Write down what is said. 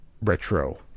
retro